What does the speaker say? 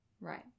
Right